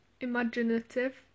imaginative